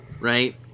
right